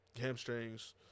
hamstrings